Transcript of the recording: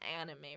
anime